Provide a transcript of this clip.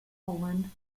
poland